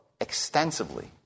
extensively